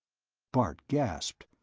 bart gasped.